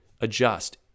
Adjust